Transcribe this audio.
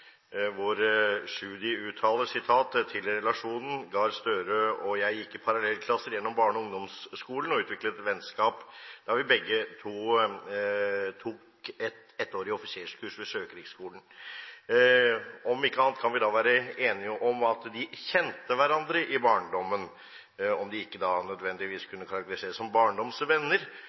hvor Tschudi uttaler: «Til relasjonen: Gahr Støre og jeg gikk i parallellklasser gjennom barne- og ungdomsskolen og utviklet vennskap da vi begge tok et ettårig offiserskurs på Sjøkrigsskolen.» Om ikke annet, kan vi være enige om at de kjente hverandre i barndommen, om de ikke nødvendigvis kunne karakteriseres som barndomsvenner?